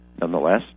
nonetheless